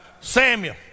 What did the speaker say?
Samuel